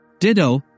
Ditto